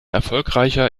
erfolgreicher